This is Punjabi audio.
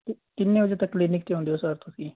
ਕਿੰਨੇ ਵਜੇ ਤੱਕ ਕਲੀਨਿਕ 'ਤੇ ਹੁੰਦੇ ਹੋ ਸਰ ਤੁਸੀਂ